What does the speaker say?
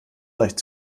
leicht